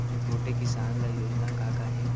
छोटे किसान ल योजना का का हे?